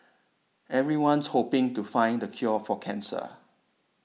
everyone's hoping to find the cure for cancer